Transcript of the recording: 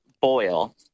boil